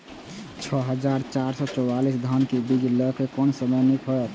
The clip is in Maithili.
छः हजार चार सौ चव्वालीस धान के बीज लय कोन समय निक हायत?